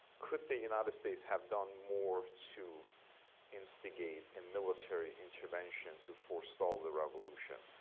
could the united states have done more to instigate a military intervention to forestall the revolution?